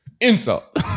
insult